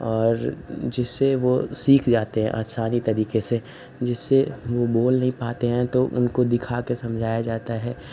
और जिससे वो सीख जाते हैं आसानी तरीके से जिससे वो बोल नहीं पाते हैं तो उनको दिखा कर समझा जाता है कि